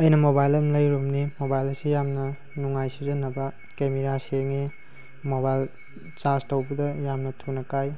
ꯑꯩꯅ ꯃꯣꯕꯥꯏꯜ ꯑꯃ ꯂꯩꯔꯨꯝꯅꯤ ꯃꯣꯕꯥꯏꯜ ꯑꯁꯤ ꯌꯥꯝꯅ ꯅꯨꯡꯉꯥꯏ ꯁꯤꯖꯤꯟꯅꯕ ꯀꯦꯃꯦꯔꯥꯥ ꯁꯦꯡꯏ ꯃꯣꯕꯥꯏꯜ ꯆꯥꯔꯁ ꯇꯧꯕꯗ ꯌꯥꯝꯅ ꯊꯨꯅ ꯀꯥꯏ